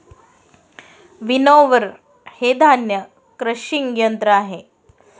winnower हे धान्य crushing यंत्र आहे